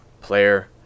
player